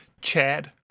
Chad